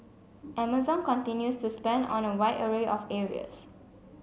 Amazon continues to spend on a wide array of areas